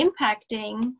impacting